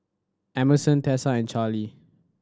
Emerson Tessa and Charly